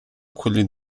quello